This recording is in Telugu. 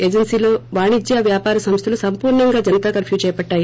ఏజెన్సీలో వాణిజ్వ వ్యాపార సంస్థలు సంపూర్ణంగా జనతా కర్ప్నూ చేపట్టాయి